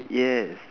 yes